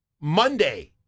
Monday